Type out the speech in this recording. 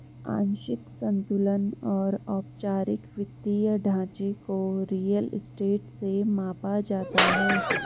आंशिक संतुलन और औपचारिक वित्तीय ढांचे को रियल स्टेट से मापा जाता है